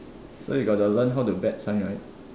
so you got the learn how to bet sign right